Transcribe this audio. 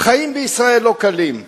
"החיים בישראל לא קלים.